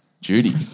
Judy